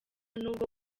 nubwo